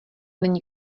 není